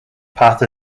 path